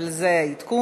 אבל זה העדכון.